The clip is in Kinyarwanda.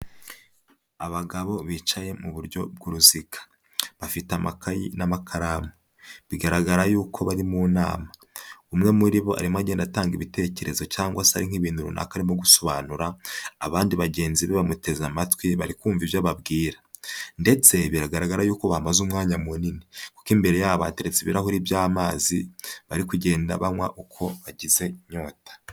Abagabo bicaye mu buryo bw'uruziga. Bafite amakayi n'amakaramu, bigaragara yuko bari mu nama. Umwe muri bo arimo agenda atanga ibitekerezo cyangwa se ari nk'ibintu runaka arimo gusobanura, abandi bagenzi be bamuteze amatwi bari kumva ibyo ababwira. Ndetse biragaragara yuko bamaze umwanya munini, kuko imbere yabo hateretse ibirahuri by'amazi bari kugenda banywa uko bagize inyota.